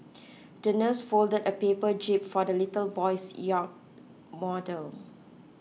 the nurse folded a paper jib for the little boy's yacht model